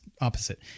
opposite